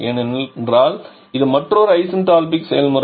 ஏனென்றால் இது மற்றொரு ஐசென்டால்பிக் செயல்முறை